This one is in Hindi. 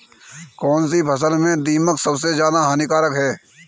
कौनसी फसल में दीमक सबसे ज्यादा हानिकारक है?